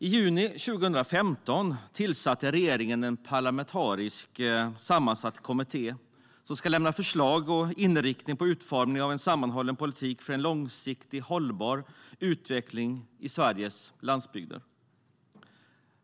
I juni 2015 tillsatte regeringen en parlamentariskt sammansatt kommitté som ska lämna förslag om inriktning på utformningen av en sammanhållen politik för en långsiktigt hållbar utveckling i Sveriges landsbygder.